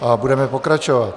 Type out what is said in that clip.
A budeme pokračovat.